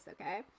okay